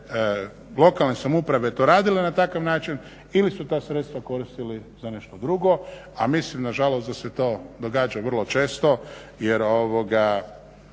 lokalne samouprave radile na takav način ili su ta sredstva koristili za nešto drugo, a mislim nažalost da se to događa vrlo često jer očigledno